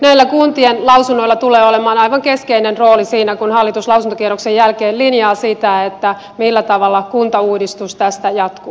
näillä kuntien lausunnoilla tulee olemaan aivan keskeinen rooli siinä kun hallitus lausuntokierroksen jälkeen linjaa sitä millä tavalla kuntauudistus tästä jatkuu